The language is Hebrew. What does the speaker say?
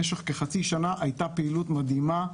במשך כחצי שנה היתה פעילות מדהימה.